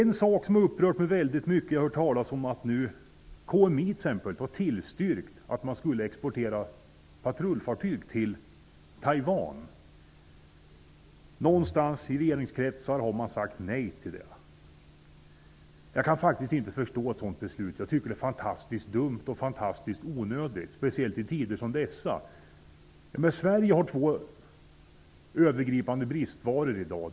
Jag har hört talas om att t.ex. KMI tillstyrkt export av patrullfartyg till Taiwan. Det har upprört mig mycket att man i regeringskretsar sagt nej till det. Jag kan faktiskt inte förstå ett sådant beslut. Det är mycket dumt och onödigt, speciellt i tider som dessa. Sverige har två övergripande brister i dag.